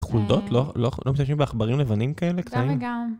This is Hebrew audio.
חולדות, לא לא... לא משתמשים בעכברים לבנים כאלה, קטנים. גם וגם